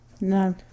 No